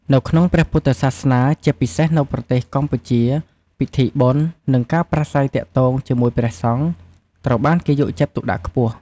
នៅក្នុងព្រះពុទ្ធសាសនា ជាពិសេសនៅប្រទេសកម្ពុជា ពិធីបុណ្យ និងការប្រាស្រ័យទាក់ទងជាមួយព្រះសង្ឃ ត្រូវបានគេយកចិត្តទុកដាក់ខ្ពស់។